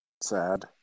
Sad